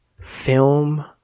film